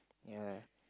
ya